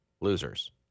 losers